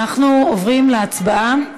אנחנו עוברים להצבעה.